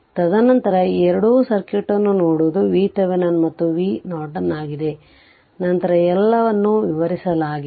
ತದನಂತರ ನಂತರ ಈ ಎರಡು ಸರ್ಕ್ಯೂಟ್ ಅನ್ನು ನೋಡುವುದು VThevenin ಮತ್ತು ಇದು V Norton ಆಗಿದೆ ನಂತರ ಎಲ್ಲವನ್ನೂ ವಿವರಿಸಲಾಗಿದೆ